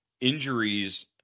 injuries